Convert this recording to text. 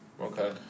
Okay